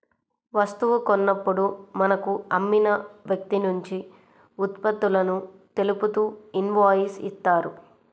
వస్తువు కొన్నప్పుడు మనకు అమ్మిన వ్యక్తినుంచి ఉత్పత్తులను తెలుపుతూ ఇన్వాయిస్ ఇత్తారు